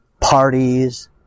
Parties